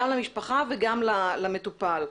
גם למשפחה וגם למטופל.